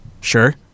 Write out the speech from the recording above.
sure